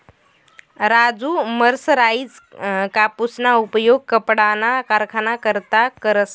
Raju mercerised कापूसना उपयोग कपडाना कारखाना करता करस